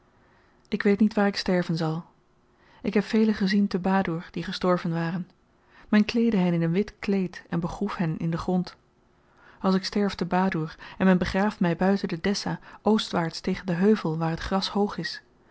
ik weet niet waar ik sterven zal ik heb velen gezien te badoer die gestorven waren men kleedde hen in een wit kleed en begroef hen in den grond als ik sterf te badoer en men begraaft my buiten de dessah oostwaarts tegen den heuvel waar t gras hoog is